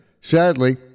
Sadly